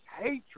hatred